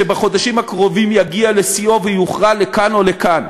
שבחודשים הקרובים יגיע לשיאו ויוכרע לכאן או לכאן,